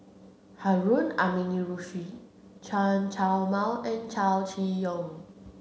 Harun Aminurrashid Chen Chow Mao and Chow Chee Yong